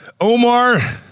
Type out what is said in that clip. omar